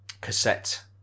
cassette